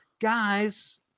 Guys